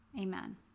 Amen